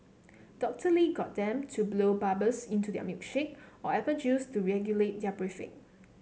Doctor Lee got them to blow bubbles into their milkshake or apple juice to regulate their breathing